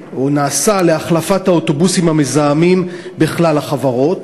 נעשֶה או נעשָה להחלפת האוטובוסים המזהמים בכלל החברות?